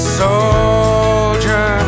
soldier